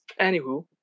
anywho